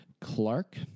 Clark